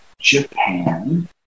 Japan